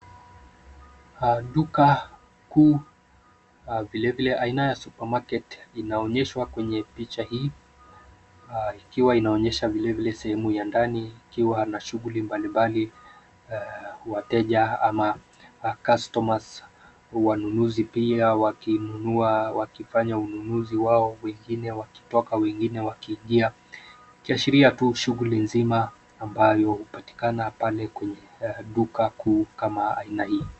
Duka kuu vilevile aina ya supermarket inaonyeshwa kwenye picha hii ikiwa inaonyesha vilevile sehemu ya ndani ikiwa na shughuli mbalimbali, wateja ama customers wanunuzi pia wakinunua wakifanya ununuzi wao wengine wakitoka wengine wakiingia ikiashiria tu shughuli nzima ambayo hupatikana pale kwenye duka kuu kama aina hii.